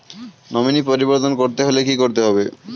Nominee পরিবর্তন করতে হলে কী করতে হবে?